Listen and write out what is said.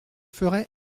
ferai